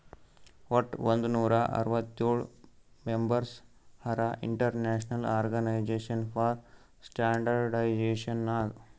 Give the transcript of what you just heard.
ವಟ್ ಒಂದ್ ನೂರಾ ಅರ್ವತ್ತೋಳ್ ಮೆಂಬರ್ಸ್ ಹರಾ international organisation for standardisation Nag